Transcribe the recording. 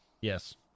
Yes